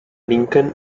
lincoln